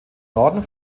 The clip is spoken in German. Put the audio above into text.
norden